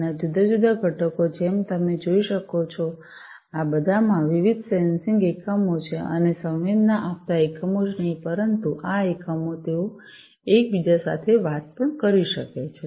અને આ જુદા જુદા ઘટકો જેમ તમે જોઈ શકો છો આ બધામાં વિવિધ સેન્સિંગ એકમો છે અને સંવેદના આપતા એકમો જ નહીં પરંતુ આ એકમો તેઓ એકબીજા સાથે વાત પણ કરી શકે છે